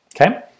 okay